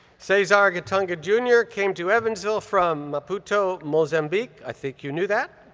cesar guitunga jr. came to evansville from maputo, mozambique. i think you knew that.